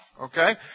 okay